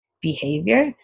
behavior